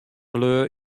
bleau